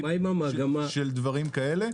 של דברים כאלה,